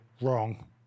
wrong